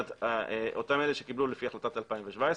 כלומר אותם אלה שקיבלו לפי החלטת 2017,